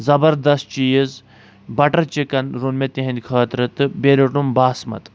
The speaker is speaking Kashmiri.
زبردست چیٖز بٹر چِکن روٚن مےٚ تِہٕنٛدِ خٲطرٕ تہٕ بیٚیہِ روٚٹُم باسمت